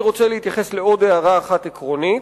אני רוצה להתייחס לעוד נושא אחד עקרוני,